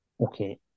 Okay